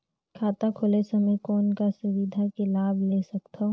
खाता खोले समय कौन का सुविधा के लाभ ले सकथव?